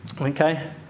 Okay